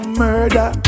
murder